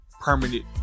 permanent